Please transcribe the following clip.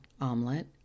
omelet